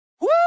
Woo